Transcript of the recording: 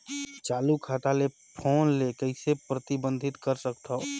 चालू खाता ले फोन ले कइसे प्रतिबंधित कर सकथव?